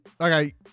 Okay